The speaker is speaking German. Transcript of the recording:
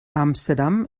amsterdam